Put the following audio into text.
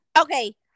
Okay